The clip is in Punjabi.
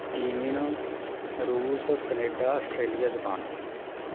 ਚੀਨ ਰੂਸ ਕਨੇਡਾ ਆਸਟ੍ਰੇਲੀਆ ਜਪਾਨ